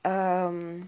um